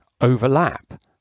overlap